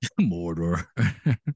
Mordor